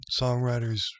songwriters